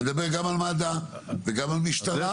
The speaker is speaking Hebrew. מדבר גם על מד"א וגם על משטרה.